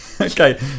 Okay